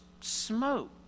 smoke